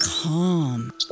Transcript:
calm